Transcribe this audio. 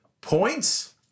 points